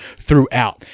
throughout